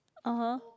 (uh huh)